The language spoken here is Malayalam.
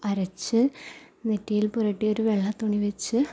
അരച്ച് നെറ്റിയിൽ പുരട്ടിയൊരു വെള്ള തുണി വെച്ച്